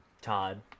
Todd